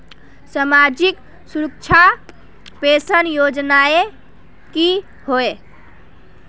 सामाजिक सुरक्षा पेंशन योजनाएँ की होय?